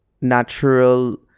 natural